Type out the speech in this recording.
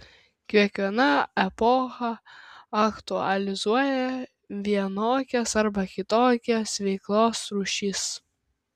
kiekviena epocha aktualizuoja vienokias arba kitokias veiklos rūšis